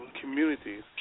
communities